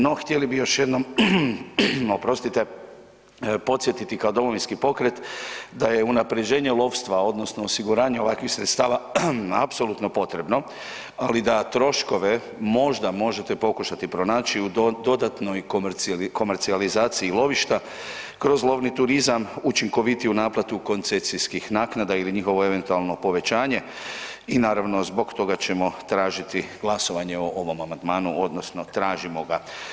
No htjeli bi još jednom podsjetiti kao Domovinski pokret da je unapređenje lovstva odnosno osiguranje ovakvih sredstava apsolutno potrebno, ali da troškove možda možete pokušati pronaći u dodatnoj komercijalizaciji lovišta kroz lovni turizam, učinkovitiju naplatu koncesijskih naknada ili njihovo eventualno povećanje i naravno zbog toga ćemo tražiti glasovanje o ovom amandmanu odnosno tražimo ga.